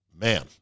man